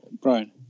Brian